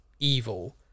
Evil